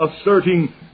asserting